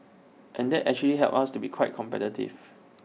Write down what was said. and that's actually helped us to be quite competitive